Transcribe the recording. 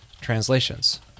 translations